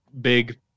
big